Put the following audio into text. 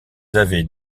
avaient